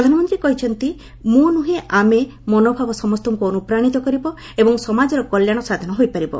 ପ୍ରଧାନମନ୍ତ୍ରୀ କହିଛନ୍ତି ମୁଁ ନୁହେଁ ଆମେ ମନୋଭାବ ସମସ୍ତଙ୍କୁ ଅନୁପ୍ରାଣିତ କରିବ ଏବଂ ସମାଜର କଲ୍ୟାଣ ସାଧନ ହୋଇପାରିବ